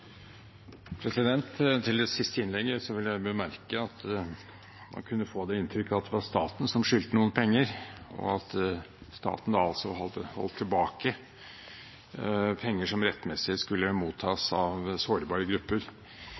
Til det siste innlegget vil jeg bemerke at man kunne få det inntrykk at det var staten som skyldte noen penger, og at staten holdt tilbake penger som rettmessig skulle mottas av sårbare grupper.